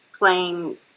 playing